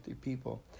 people